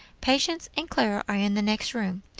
patience and clara are in the next room.